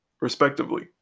respectively